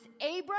Abram